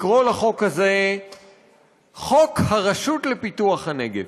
לקרוא לחוק הזה חוק הרשות לפיתוח הנגב.